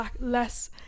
less